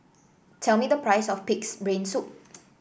tell me the price of pig's brain soup